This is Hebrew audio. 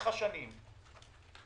בסוגיית מירון.